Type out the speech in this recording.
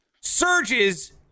surges